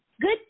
Good